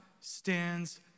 stands